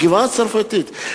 בגבעה-הצרפתית,